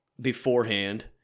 beforehand